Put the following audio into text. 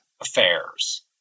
affairs